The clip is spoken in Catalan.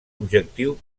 objectiu